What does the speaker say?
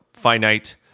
finite